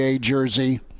jersey